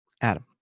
Adam